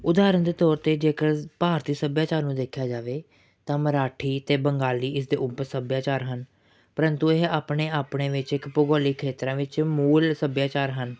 ਉਦਾਹਰਨ ਦੇ ਤੌਰ 'ਤੇ ਜੇਕਰ ਭਾਰਤੀ ਸੱਭਿਆਚਾਰ ਨੂੰ ਦੇਖਿਆ ਜਾਵੇ ਤਾਂ ਮਰਾਠੀ ਅਤੇ ਬੰਗਾਲੀ ਇਸਦੇ ਉੱਪ ਸੱਭਿਆਚਾਰ ਹਨ ਪਰੰਤੂ ਇਹ ਆਪਣੇ ਆਪਣੇ ਵਿੱਚ ਇੱਕ ਭੂਗੋਲਿਕ ਖੇਤਰਾਂ ਵਿੱਚ ਮੂਲ ਸੱਭਿਆਚਾਰ ਹਨ